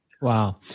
Wow